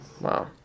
wow